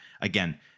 again